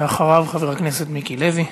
ולאחריו, חבר הכנסת מיקי לוי.